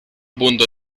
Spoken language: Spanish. punto